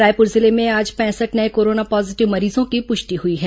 रायपुर जिले में आज पैंसठ नये कोरोना पॉजीटिव मरीजों की पुष्टि हुई है